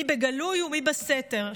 מי בגלוי ומי בסתר,